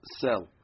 sell